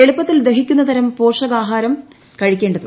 എളുപ്പത്തിൽ ദഹിക്കുന്ന തരം പോഷകാഹാരം ആകണം കഴിക്കേണ്ടത്